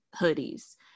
hoodies